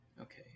okay